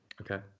Okay